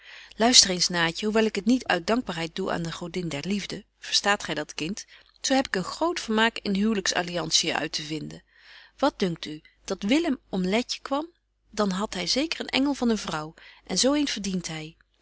luister eens naatje hoewel ik het niet uit dankbaarheid doe aan de godin der liefde verstaat gy dat kind zo heb ik een groot vermaak in huwlyks alliantiën uit te vinden wat dunkt u dat willem om letje kwam dan hadt hy zeker een engel van een vrouw en zo een verdient hy